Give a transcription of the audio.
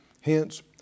hence